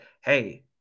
hey